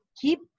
keep